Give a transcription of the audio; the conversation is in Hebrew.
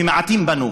מעטות בנו.